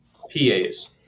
PAS